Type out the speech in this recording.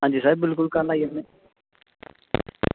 अंजी बिल्कुल सर कल्ल आई जाह्गे